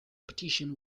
petitions